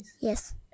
Yes